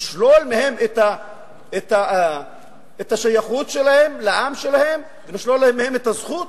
לשלול מהם את השייכות שלהם לעם שלהם ולשלול מהם את הזכות